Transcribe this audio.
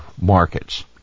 markets